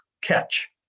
catch